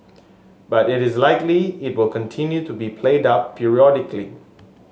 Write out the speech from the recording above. but it is likely it will continue to be played up periodically